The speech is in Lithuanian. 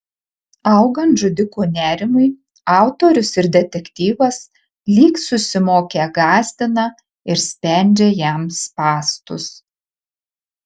augant žudiko nerimui autorius ir detektyvas lyg susimokę gąsdina ir spendžia jam spąstus